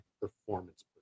performance